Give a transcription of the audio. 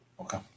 Okay